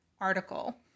article